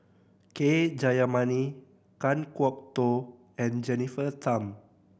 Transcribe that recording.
K Jayamani Kan Kwok Toh and Jennifer Tham